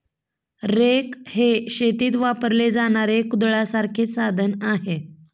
rake हे शेतीत वापरले जाणारे कुदळासारखे साधन आहे